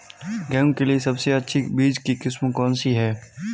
गेहूँ के लिए सबसे अच्छी बीज की किस्म कौनसी है?